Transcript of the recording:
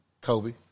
Kobe